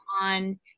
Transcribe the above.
on